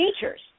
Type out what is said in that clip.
features